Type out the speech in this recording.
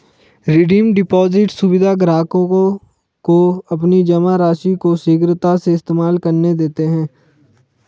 redeem deposit सुविधा ग्राहकों को अपनी जमा राशि को शीघ्रता से इस्तेमाल करने देते है